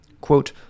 Quote